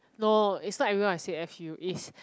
no it's not everyone I say F you it's